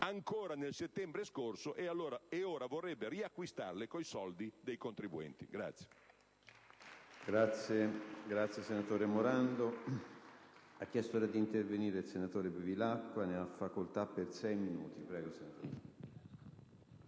ancora nel settembre scorso e ora vorrebbe riacquistarle con i soldi dei contribuenti.